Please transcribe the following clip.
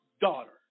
daughter